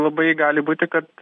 labai gali būti kad